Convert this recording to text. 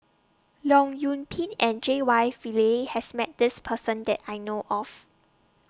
Leong Yoon Pin and J Y Pillay has Met This Person that I know of